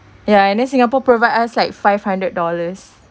ya and then singapore provide us like five hundred dollars